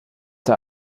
der